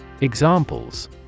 Examples